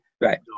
right